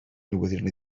newyddion